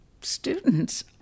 students